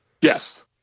Yes